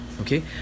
Okay